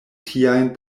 tiajn